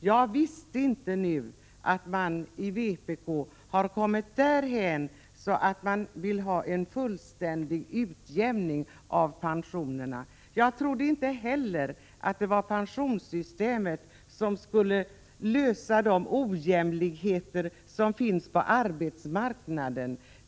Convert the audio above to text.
Jag visste inte att man i vpk nu har kommit därhän att man vill ha en fullständig utjämning av pensionerna. Jag trodde inte heller att vpk hade uppfattningen att det var pensionssystemet som skulle utjämna de olikheter som finns på arbetsmarknaden.